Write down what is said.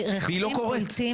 והיא לא קורת.